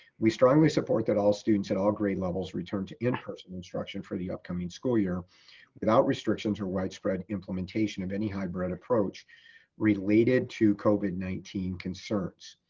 we strongly support that all students at all grade levels return to in-person instruction for the upcoming school year without restrictions or widespread implementation of any hybrid approach related to covid nineteen concerns.